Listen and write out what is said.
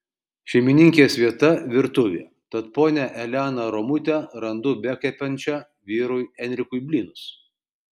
šeimininkės vieta virtuvė tad ponią eleną romutę randu bekepančią vyrui enrikui blynus